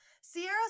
Sierra